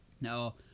Now